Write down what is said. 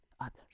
others